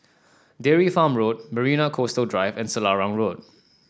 Dairy Farm Road Marina Coastal Drive and Selarang Road